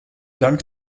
dank